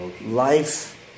Life